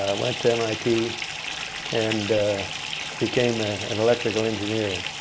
ah went to mit and became ah an electrical engineer.